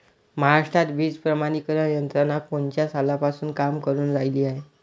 महाराष्ट्रात बीज प्रमानीकरण यंत्रना कोनच्या सालापासून काम करुन रायली हाये?